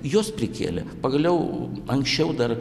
jos prikėlė pagaliau anksčiau dar